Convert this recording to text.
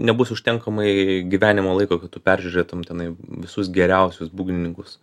nebus užtenkamai gyvenimo laiko kad tu peržiūrėtum tenai visus geriausius būgnininkus